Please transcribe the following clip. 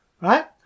right